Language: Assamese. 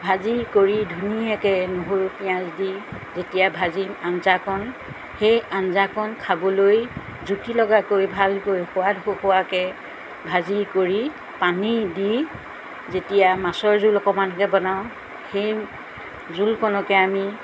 ভাজি কৰি ধুনীয়াকৈ নহৰু পিঁয়াজ দি যেতিয়া ভাজিম আঞ্জাকণ সেই আঞ্জাকণ খাবলৈ জুতি লগাকৈ ভালকৈ সোৱাদ শুকোৱাকৈ ভাজি কৰি পানী দি যেতিয়া মাছৰ জোল অকমানকৈ বনাওঁ সেই জোলকণকে আমি